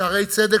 "שערי צדק",